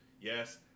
yes